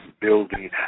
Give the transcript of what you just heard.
building